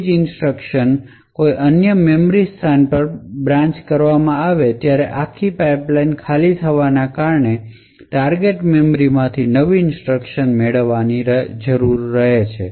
તેથી જ્યારે પણ આ રીતે કોઈ અન્ય મેમરી સ્થાન પર બ્રાન્ચ કરવામાં આવે છે ત્યારે આ આખી પાઇપલાઇન ફ્લશ થઈ જશે અને ટાર્ગેટ મેમરી માંથી નવી ઇન્સટ્રકશન મેળવવાની જરૂર રહે છે